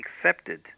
accepted